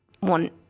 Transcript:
want